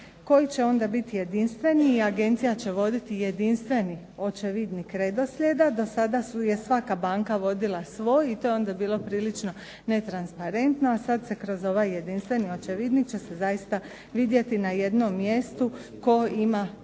koji će onda biti jedinstven i agencija će voditi Jedinstveni očevidnik redoslijeda. Do sada je svaka banka vodila svoj i to je onda bilo prilično netransparentno, a sad kroz ovaj jedinstveni očevidnik će se zaista vidjeti na jednom mjestu tko ima pravo